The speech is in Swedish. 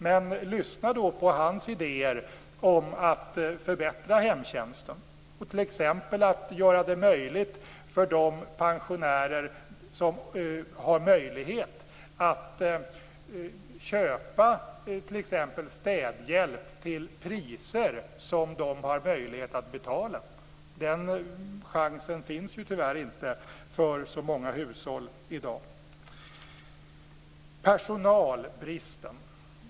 Men lyssna då på hans idéer om att förbättra hemtjänsten, t.ex. genom att göra det möjligt för pensionärer att köpa städhjälp till priser som de har möjlighet att betala! Den chansen finns ju tyvärr inte för så många hushåll i dag. Sedan har vi personalbristen.